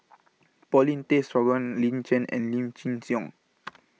Paulin Tay Straughan Lin Chen and Lim Chin Siong